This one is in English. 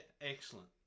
excellent